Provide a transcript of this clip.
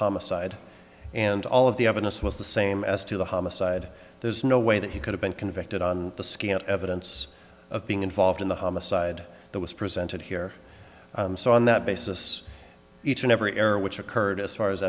homicide and all of the evidence was the same as to the homicide there's no way that he could have been convicted on the scant evidence of being involved in the homicide that was presented here so on that basis each and every error which occurred as far as